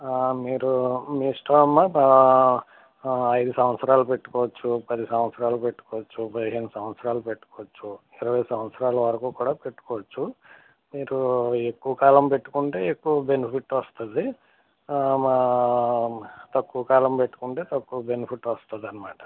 మీరు మీ ఇష్టం అమ్మా ఐదు సంవత్సరాలు పెట్టుకోవచ్చు పది సంవత్సరాలు పెట్టుకోవచ్చు పదిహేను సంవత్సరాలు పెట్టుకోవచ్చు ఇరవై సంవత్సరాలు వరకూ కూడా పెట్టుకోవచ్చు మీరు ఎక్కువ కాలం పెట్టుకుంటే ఎక్కువ బెనిఫిట్ వస్తుంది మా తక్కువ కాలం పెట్టుకుంటే తక్కువ బెనిఫిట్ వస్తుంది అన్నమాట